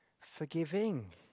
forgiving